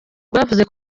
rwavuze